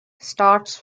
starts